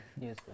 Yes